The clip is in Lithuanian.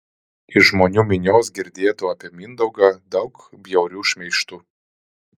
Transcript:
iš žmonių minios girdėtų apie mindaugą daug bjaurių šmeižtų